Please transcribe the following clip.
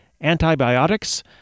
Antibiotics